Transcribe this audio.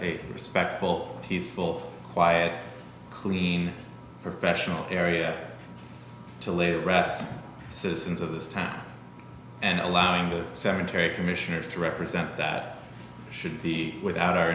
a respectful peaceful quiet clean professional area to live rest citizens of this town and allowing the cemetery commissioners to represent that should be without our